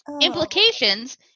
Implications